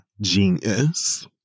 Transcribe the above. genius